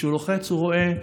כשהוא לוחץ, הוא רואה,